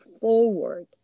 forward